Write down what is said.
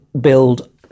build